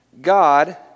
God